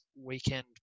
weekend